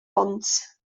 onns